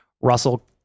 Russell